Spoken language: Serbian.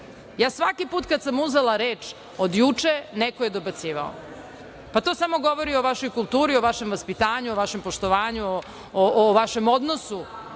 nikome. Svaki put kada sam uzela reč od juče neko je dobacivao. Pa to samo govori o vašoj kulturi, o vašem vaspitanju, o vašem poštovanju, o vašem odnosu